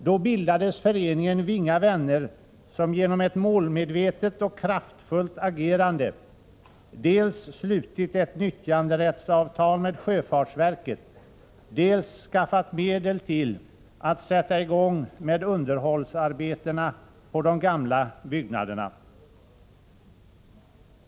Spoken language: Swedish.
Då bildades föreningen Winga vänner, som genom ett målmedvetet och kraftfullt agerande dels slutit ett nyttjanderättsavtal med sjöfartsverket, dels skaffat medel till att sätta i gång underhållsarbeten på de gamla byggnaderna.